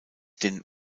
den